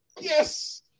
Yes